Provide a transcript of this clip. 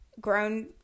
grown